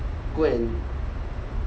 go and